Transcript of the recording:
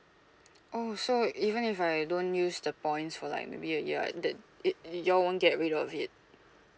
oh so even if I don't use the points for like maybe a year and that it you all won't get rid of it